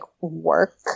work